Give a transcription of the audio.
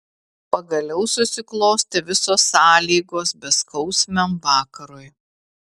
pagaliau susiklostė visos sąlygos beskausmiam vakarui